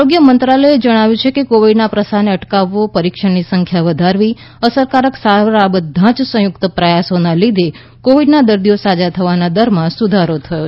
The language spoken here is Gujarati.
આરોગ્ય મંત્રાલયે જણાવ્યું છે કે કોવિડના પ્રસારને અટકાવવો પરિક્ષણની સંખ્યા વધારવી અસરકારક સારવાર આ બધા જ સંયુક્ત પ્રયાસોના લીધે કોવિડના દર્દીઓ સાજા થવાના દરમાં સુધારો થયો છે